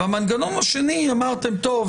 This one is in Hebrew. והמנגנון השני אמרתם: טוב,